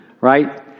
right